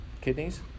kidneys